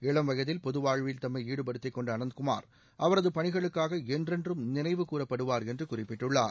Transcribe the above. இளம் வயதில் பொது வாழ்வில் தம்மை ஈடுபடுத்திக்கொண்ட அனந்த் குமார் அவரது பணிகளுக்காக என்றென்றும் நினைவு கூறப்படுவார் என்று குறிப்பிட்டுள்ளார்